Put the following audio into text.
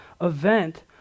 event